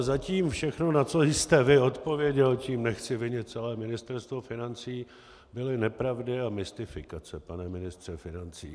Zatím všechno, na co jste vy odpověděl tím nechci vinit celé Ministerstvo financí byly nepravdy a mystifikace, pane ministře financí.